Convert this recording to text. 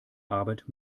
arbeit